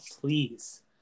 please